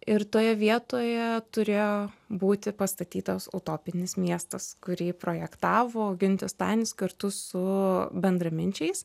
ir toje vietoje turėjo būti pastatytas utopinis miestas kurį projektavo giuntis stanis kartu su bendraminčiais